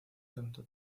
santo